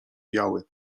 biały